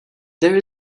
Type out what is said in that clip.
there